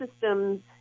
systems